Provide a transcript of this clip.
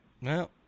No